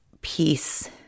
peace